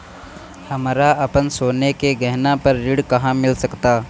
हमरा अपन सोने के गहना पर ऋण कहां मिल सकता?